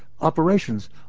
operations